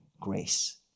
Grace